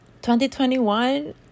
2021